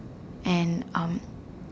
and um